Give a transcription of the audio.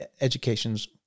education's